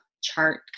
chart